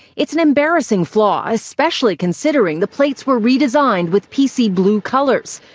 it's an embarrassing flaw, especially considering the plates were redesigned with p c blue colors,